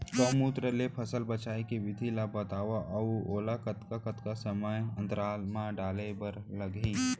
गौमूत्र ले फसल बचाए के विधि ला बतावव अऊ ओला कतका कतका समय अंतराल मा डाले बर लागही?